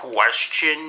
Question